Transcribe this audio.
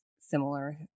similar